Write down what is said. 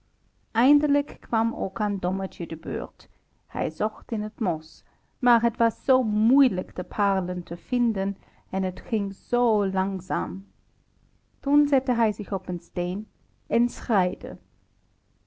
eindelijk kwam ook aan dommertje de beurt hij zocht in het mos maar het was zoo moeilijk de paarlen te vinden en het ging zoo langzaam toen zette hij zich op een steen en